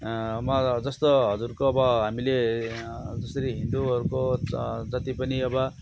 मा जस्तो हजुरको अब हामीले जसरी हिन्दूहरूको ज जति पनि अब